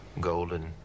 golden